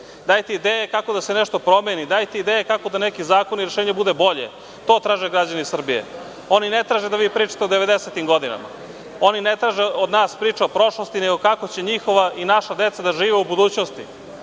Dajte ideje kako da se nešto promeni. Dajte ideje kako da neki zakoni i rešenja budu bolja. To traže građani Srbije. Oni ne traže da vi pričate o devedesetim godinama. Oni ne traže od nas priče o prošlosti, nego kako će njihova i naša deca da žive u budućnosti.